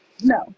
no